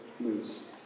Lose